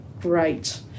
great